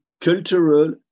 cultural